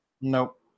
Nope